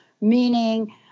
meaning